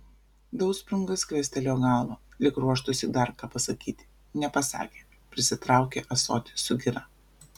dausprungas krestelėjo galvą lyg ruoštųsi dar ką pasakyti nepasakė prisitraukė ąsotį su gira